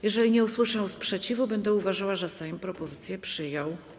Jeżeli nie usłyszę sprzeciwu, będę uważała, że Sejm propozycję przyjął.